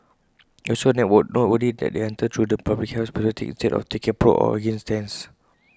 it's also noteworthy that they entered through the public health perspective instead of taking A pro or against stance